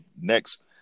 Next